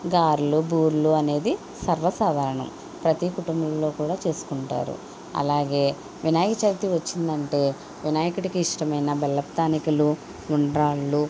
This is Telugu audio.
గారెలు బూరెలు అనేది సర్వసాధారణం ప్రతి కుటుంబంలో కూడా చేసుకుంటారు అలాగే వినాయక చవితి వచ్చిందంటే వినాయకుడికి ఇష్టమైన బెల్లపు తానికలు ఉండ్రాళ్ళు